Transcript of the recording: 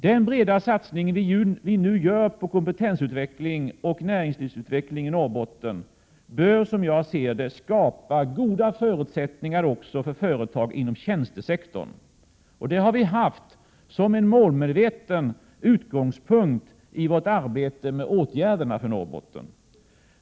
Den breda satsning som vi nu gör på kompetensutveckling och näringslivsutveckling i Norrbotten bör, som jag ser det, skapa goda förutsättningar också för företag inom tjänstesektorn. Det har vi målmedvetet haft som utgångspunkt i vårt arbete med åtgärderna för Norrbotten.